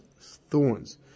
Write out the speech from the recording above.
thorns